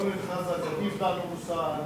שאורן חזן יטיף לנו מוסר, זה רגע מאוד,